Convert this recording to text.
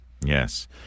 Yes